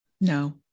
No